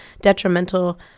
detrimental